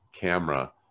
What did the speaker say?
camera